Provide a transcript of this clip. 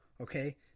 Okay